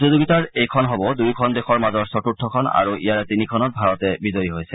প্ৰতিযোগিতাৰ এইখন হ'ব দুয়োখন দেশৰ মাজৰ চতুৰ্থখন আৰু ইয়াৰে তিনিখনত ভাৰতে বিজয়ী হৈছে